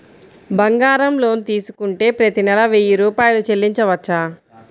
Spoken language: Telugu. బంగారం లోన్ తీసుకుంటే ప్రతి నెల వెయ్యి రూపాయలు చెల్లించవచ్చా?